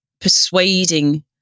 persuading